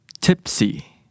Tipsy